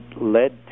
led